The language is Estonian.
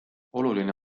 oluline